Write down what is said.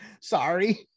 Sorry